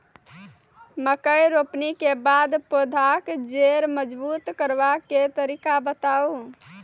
मकय रोपनी के बाद पौधाक जैर मजबूत करबा के तरीका बताऊ?